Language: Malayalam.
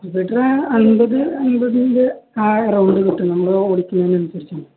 ക്യട്ടറ് അൻമ്പത് അൻപതിൻ്റെ ആ റൗണ്ട് കിട്ടും നമ്മള് ഓടിക്കുന്നേന്നസരിച്ച്ാണ്